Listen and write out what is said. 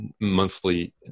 monthly